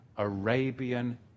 Arabian